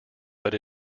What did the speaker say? but